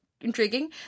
Intriguing